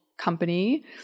company